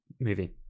movie